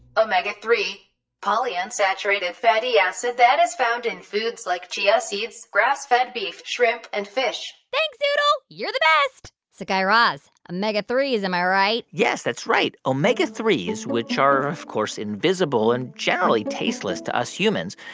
omega three polyunsaturated fatty acid that is found in foods like chia seeds, grass-fed beef, shrimp and fish thanks, zoodle. you're the best so, guy raz, omega three s am i right? yes, that's right. omega three s, which are, of course, invisible and generally tasteless to us humans,